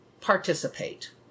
participate